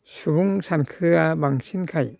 सुबुं सानखोआ बांसिनखाय